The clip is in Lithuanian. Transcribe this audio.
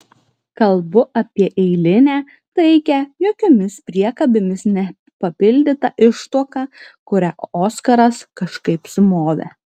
kalbu apie eilinę taikią jokiomis priekabėmis nepapildytą ištuoką kurią oskaras kažkaip sumovė